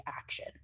action